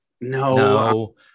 No